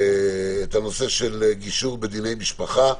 את נושא הגישור בדיני משפחה,